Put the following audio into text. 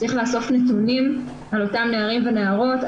צריך לאסוף נתונים על אותם נערים ונערות,